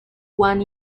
wan